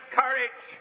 courage